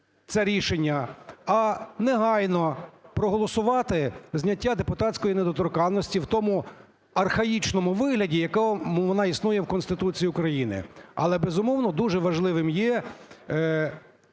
це рішення, а негайно проголосувати зняття депутатської недоторканності в тому архаїчному вигляді, в якому вона існує в Конституції України. Але, безумовно, дуже важливим є